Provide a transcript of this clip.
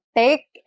take